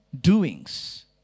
doings